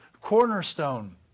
cornerstone